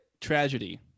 tragedy